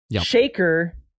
Shaker